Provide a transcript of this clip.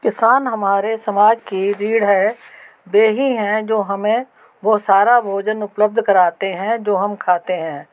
किसान हमारे समाज की रीढ़ है वे ही है जो हमें वह सारा भोजन उपलब्ध कराते हैं जो हम खाते हैं